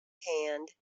hand